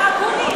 מר אקוניס,